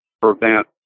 prevent